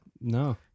No